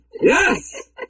Yes